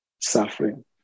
suffering